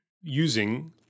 using